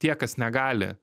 tie kas negali